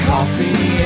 Coffee